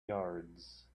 yards